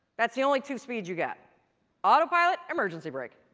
that's the only two speeds you get autopilot, emergency brake.